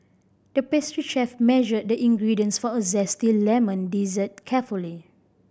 the pastry chef measured the ingredients for a zesty lemon dessert carefully